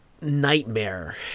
nightmare